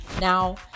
Now